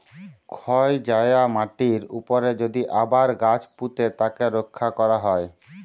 ক্ষয় যায়া মাটির উপরে যদি আবার গাছ পুঁতে তাকে রক্ষা ক্যরা হ্যয়